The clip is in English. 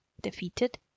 defeated